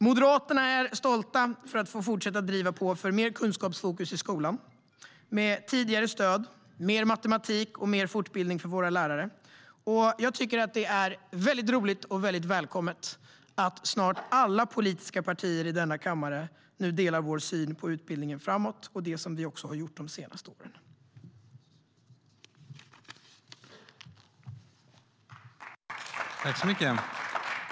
Moderaterna är stolta över att få fortsätta driva på för mer kunskapsfokus i skolan med tidigare stöd, mer matematik och mer fortbildning för våra lärare. Jag tycker att det är mycket roligt och mycket välkommet att nästan alla politiska partier i denna kammare nu delar vår syn på utbildningen framöver och det som vi har gjort under de senaste åren. I detta anförande instämde Betty Malmberg, Michael Svensson och Camilla Waltersson Grönvall .